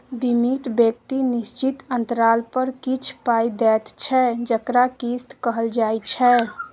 बीमित व्यक्ति निश्चित अंतराल पर किछ पाइ दैत छै जकरा किस्त कहल जाइ छै